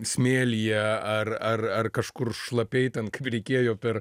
smėlyje ar ar ar kažkur šlapiai ten kaip reikėjo per